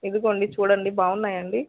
ఇదిగోండి చూడండి బావున్నాయా అండి